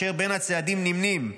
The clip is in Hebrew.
בין הצעדים נמנים: